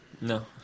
No